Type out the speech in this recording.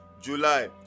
July